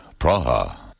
Praha